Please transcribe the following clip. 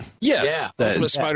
Yes